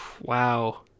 wow